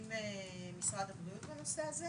עם משרד הבריאות בנושא הזה,